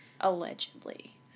allegedly